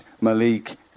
Malik